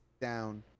down